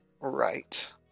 right